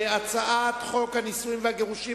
הצעת חוק נישואין וגירושין,